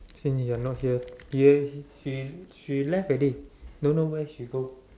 since you're not here you have she she she left already don't know where she go